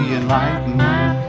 enlightened